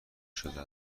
شده